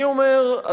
אני אומר,